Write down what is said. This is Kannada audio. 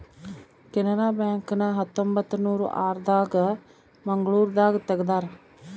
ಕೆನರಾ ಬ್ಯಾಂಕ್ ನ ಹತ್ತೊಂಬತ್ತನೂರ ಆರ ದಾಗ ಮಂಗಳೂರು ದಾಗ ತೆಗ್ದಾರ